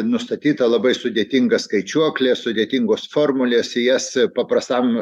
nustatyta labai sudėtinga skaičiuoklė sudėtingos formulės į jas paprastam